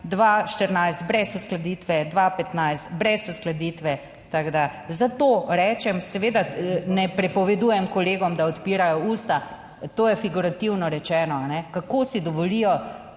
2014 brez uskladitve, 2015 brez uskladitve. Tako, da... Zato rečem, seveda, ne prepovedujem kolegom, da odpirajo usta. To je figurativno rečeno, kako si dovolijo